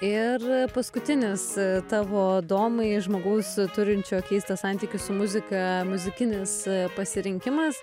ir paskutinis tavo domai žmogaus turinčio keistą santykį su muzika muzikinis pasirinkimas